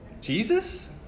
Jesus